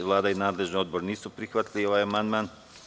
Vlada i nadležni odbor nisu prihvatili ovaj amandman.